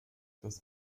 das